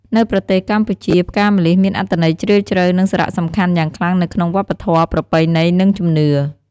នៅប្រទេសកម្ពុជា ផ្កាម្លិះ មានអត្ថន័យជ្រាលជ្រៅ និងសារៈសំខាន់យ៉ាងខ្លាំងនៅក្នុងវប្បធម៌ ប្រពៃណី និងជំនឿ។